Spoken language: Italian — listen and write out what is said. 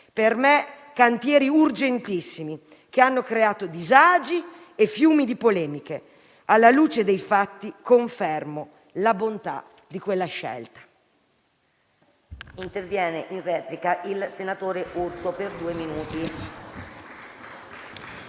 per me, cantieri urgentissimi che hanno creato disagi e fiumi di polemiche. Alla luce dei fatti, confermo la bontà di quella scelta.